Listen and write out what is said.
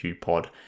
pod